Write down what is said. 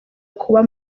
kuba